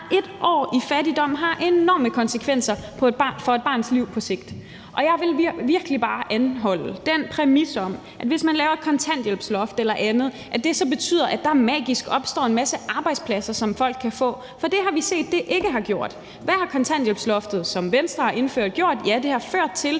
1 år i fattigdom har enorme konsekvenser for et barns liv på sigt, og jeg vil virkelig bare anholde den præmis om, at det, hvis man laver et kontanthjælpsloft eller andet, betyder, at der så magisk opstår en masse arbejdspladser, som folk kan få, for vi har set, at det ikke har gjort det. Hvad har kontanthjælpsloftet, som Venstre har indført, gjort? Ja, det har ført til,